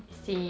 mm